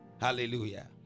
Hallelujah